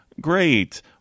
Great